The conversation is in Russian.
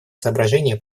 соображение